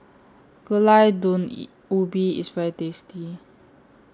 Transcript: Gulai Daun Ubi IS very tasty